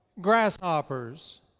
grasshoppers